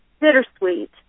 bittersweet